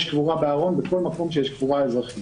יש קבורה בארון בכל מקום שיש קבורה אזרחית